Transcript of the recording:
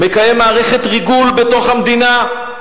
מקיים מערכת ריגול בתוך המדינה.